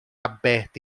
aberta